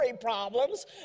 problems